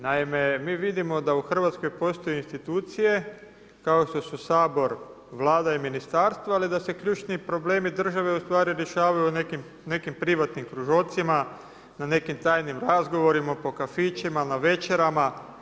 Naime, mi vidimo da u Hrvatskoj postoje institucije kao što su Sabor, Vlada i ministarstvo ali da se ključni problemi države ustvari rješavaju u nekim privatnim kružocima, na nekim tajnim razgovorima, po kafićima, na večerama.